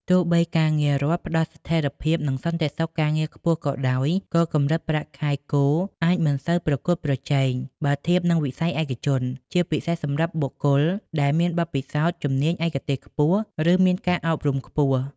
ទោះបីការងាររដ្ឋផ្តល់ស្ថិរភាព និងសន្តិសុខការងារខ្ពស់ក៏ដោយ ក៏កម្រិតប្រាក់ខែគោលអាចមិនសូវប្រកួតប្រជែង បើធៀបនឹងវិស័យឯកជន ជាពិសេសសម្រាប់បុគ្គលដែលមានបទពិសោធន៍ ជំនាញឯកទេសខ្ពស់ ឬមានការអប់រំខ្ពស់។